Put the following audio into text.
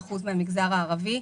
53% מן המגזר הערבי,